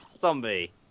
Zombie